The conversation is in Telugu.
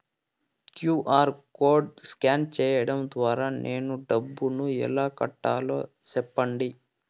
క్యు.ఆర్ కోడ్ స్కాన్ సేయడం ద్వారా నేను డబ్బును ఎలా కట్టాలో సెప్పండి?